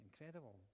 Incredible